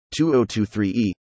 2023E